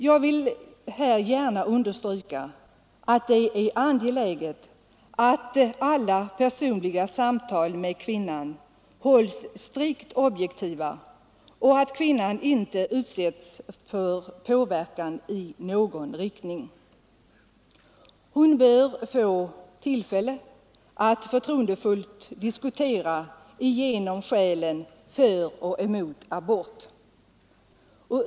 Jag vill här gärna understryka att det är angeläget att alla personliga samtal med kvinnan hålls strikt objektiva och att kvinnan inte utsätts för påverkan i någon riktning. Hon bör få tillfälle att förtroendefullt diskutera igenom skälen för och emot abort.